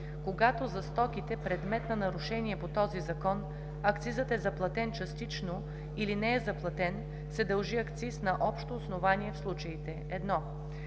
Когато за стоките – предмет на нарушение по този закон, акцизът е заплатен частично или не е заплатен, се дължи акциз на общо основание в случаите: 1.